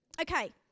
Okay